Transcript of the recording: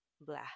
blah